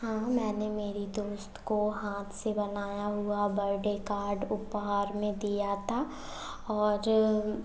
हाँ हाँ मैंने मेरी दोस्त को हाथ से बनाया हुआ बर्डे कार्ड उपहार में दिया था और जिन